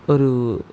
ഒരു